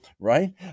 right